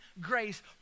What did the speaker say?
grace